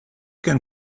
can